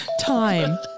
time